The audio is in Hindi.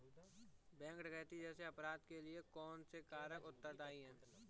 बैंक डकैती जैसे अपराध के लिए कौन से कारक उत्तरदाई हैं?